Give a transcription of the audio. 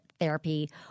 therapy